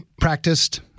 Practiced